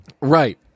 Right